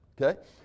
Okay